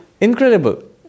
incredible